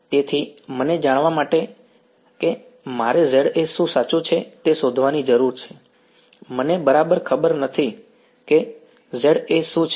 તેથી મને જાણવા માટે કે મારે Za શું સાચું છે તે શોધવાની જરૂર છે મને બરાબર ખબર નથી કે Za શું છે